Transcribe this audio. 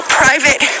private